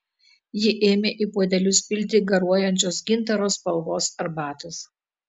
ji ėmė į puodelius pilti garuojančios gintaro spalvos arbatos